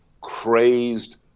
crazed